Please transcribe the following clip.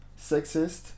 sexist